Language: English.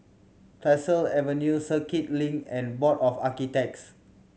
Tyersall Avenue Circuit Link and Board of Architects